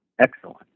excellent